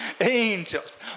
Angels